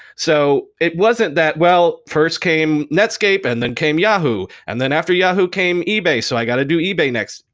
so it wasn't that well, first came netscape and then came yahoo. and then after yahoo, came ebay, so i got to do ebay next.